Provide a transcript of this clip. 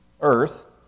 earth